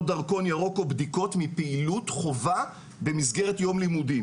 דרכון ירוק או בדיקות מפעילות חובה במסגרת יום לימודים,